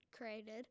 created